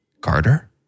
Carter